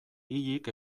hilik